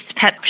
pet